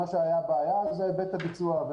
הבעיה שהייתה היא בעת הביצוע.